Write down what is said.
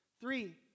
Three